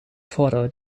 followed